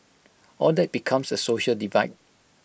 all that becomes A social divide